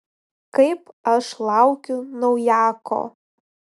kaip aš laukiu naujako